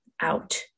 out